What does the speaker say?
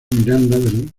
miranda